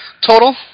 total